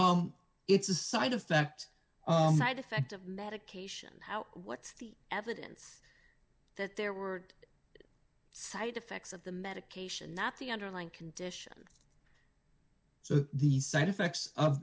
else it's a side effect side effect of medication how what's the evidence that there were side effects of the medication not the underlying condition so these side effects of